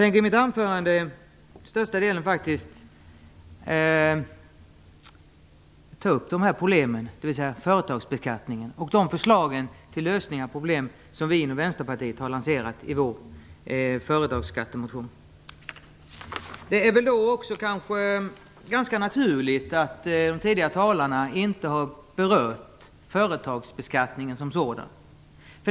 I mitt anförande tänkte jag ta upp dessa problem, dvs. företagsbeskattningen, och de förslag till lösningar på problemen som vi i Vänsterpartiet har lanserat i vår företagsskattemotion. Det är kanske ganska naturligt att de tidigare talarna inte har berört företagsbeskattningen som sådan.